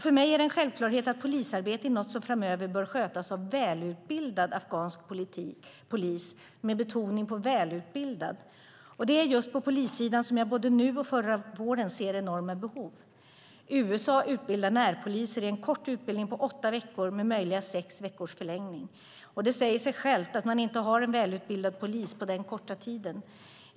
För mig är det en självklarhet att polisarbete är något som framöver bör skötas av välutbildad afghansk polis - med betoning på välutbildad - och det är just på polissidan jag både nu och förra våren ser enorma behov. USA utbildar närpoliser i en kort utbildning på åtta veckor med möjlighet till sex veckors förlängning. Det säger sig självt att man inte får en välutbildad polis på den korta tiden.